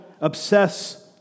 obsess